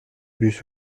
bus